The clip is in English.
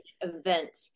event